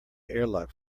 airlock